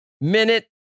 minute